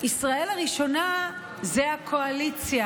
ישראל הראשונה זה הקואליציה,